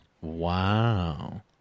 Wow